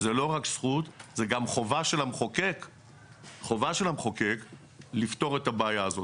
זכות הסבתאות קיימת בחוק הכשרות המשפטית והאפוטרופסות בסעיף